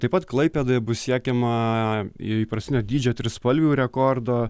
taip pat klaipėdoje bus siekiama įprastinio dydžio trispalvių rekordo